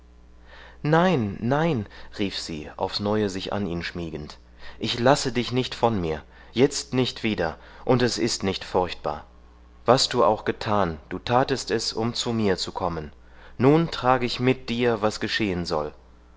nein nein rief sie aufs neue sich an ihn schmiegend ich lasse dich nicht von mir jetzt nicht wieder und es ist nicht furchtbar was du auch getan du tatest es um zu mir zu kommen nun trag ich mit dir was geschehen soll